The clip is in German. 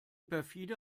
perfide